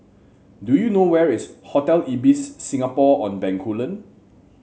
do you know where is Hotel Ibis Singapore On Bencoolen